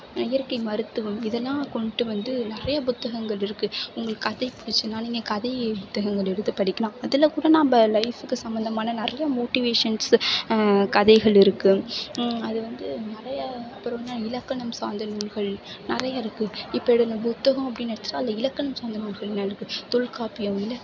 இயற்கை மருத்துவம் இதெல்லாம் கொண்டுட்டு வந்து நிறைய புத்தகங்கள் இருக்குது உங்களுக்கு கதை பிடிச்சிதுன்னா நீங்கள் கதை புத்தகங்கள் எடுத்து படிக்கலாம் அதில்க்கூட நம்ம லைஃப்புக்கு சம்பந்தமான நிறைய மோட்டிவேஷன்ஸ் கதைகள் இருக்குது அது வந்து நிறைய அப்புறம் என்ன இலக்கணம் சார்ந்த நூல்கள் நிறைய இருக்குது இப்போ எடு இந்த புத்தகம் அப்படின்னு எடுத்துகிட்டா அதில் இலக்கணம் சார்ந்த நூல்களும் இருக்குது தொல்காப்பியம் இந்த